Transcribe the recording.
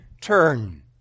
turn